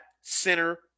center